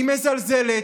היא מזלזלת,